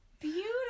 Beautiful